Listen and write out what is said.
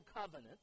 covenant